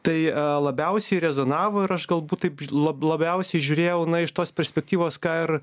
tai labiausiai rezonavo ir aš galbūt taip lab labiausiai žiūrėjau na iš tos perspektyvos ką ir